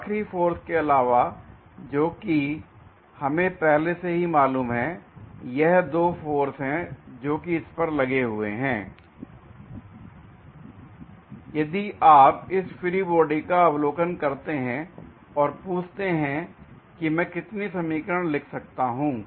बाहरी फोर्स के अलावा जो कि हमें पहले से ही मालूम है यह दो फोर्स हैं जोकि इस पर लगे हुए हैं l यदि आप इस फ्री बॉडी का अवलोकन करते हैं और पूछते हैं कि मैं कितनी समीकरण लिख सकता हूं